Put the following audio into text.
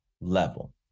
level